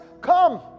come